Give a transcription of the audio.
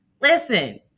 listen